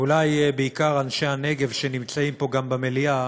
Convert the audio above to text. ואולי בעיקר אנשי הנגב, שנמצאים פה גם במליאה,